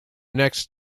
next